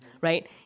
right